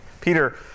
Peter